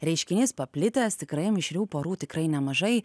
reiškinys paplitęs tikrai mišrių porų tikrai nemažai